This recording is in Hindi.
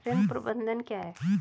ऋण प्रबंधन क्या है?